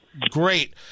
great